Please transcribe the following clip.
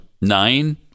nine